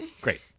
Great